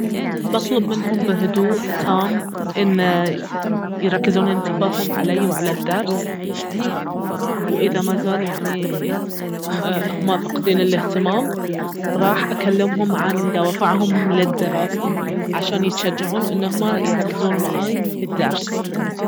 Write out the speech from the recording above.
بطلب منهم بهدوء تام ان يركزن انتباههم علي وعلى الدرس واذا مازال يعني اهما فاقدين الاهتمام راح اكلمهم عن دوافعهم للدراسة عشان يتشجعون ان اهما يركزون معاي في الدرس